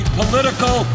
political